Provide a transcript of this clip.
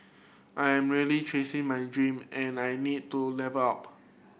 I am really chasing my dream and I need to level up